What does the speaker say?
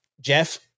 Jeff